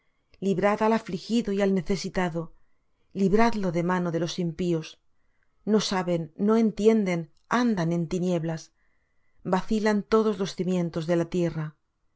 librad al afligido y al necesitado libradlo de mano de los impíos no saben no entienden andan en tinieblas vacilan todos los cimientos de la tierra yo